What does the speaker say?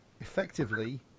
effectively